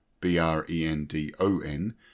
B-R-E-N-D-O-N